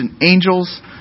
angels